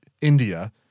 India